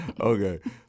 okay